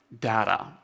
data